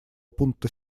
пункта